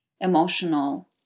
emotional